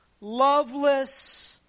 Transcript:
loveless